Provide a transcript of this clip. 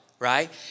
Right